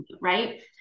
right